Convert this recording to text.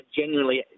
genuinely